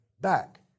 back